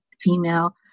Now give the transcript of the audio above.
female